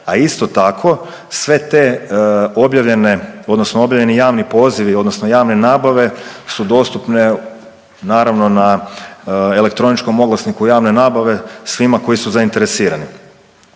a isto tako sve te objavljene odnosno objavljeni javni pozivi odnosno javne nabave su dostupne naravno na elektroničkom oglasniku javne nabave svima koji su zainteresirani.